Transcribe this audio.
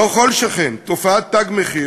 לא כל שכן, תופעת "תג מחיר"